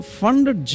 funded